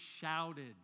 shouted